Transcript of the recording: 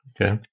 okay